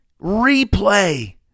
replay